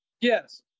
Yes